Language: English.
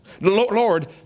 Lord